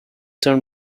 turn